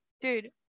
Dude